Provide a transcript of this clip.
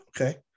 Okay